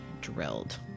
drilled